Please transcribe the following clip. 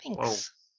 thanks